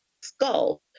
skull